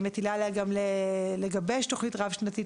מטילה עלי גם לגבש תוכנית רב שנתית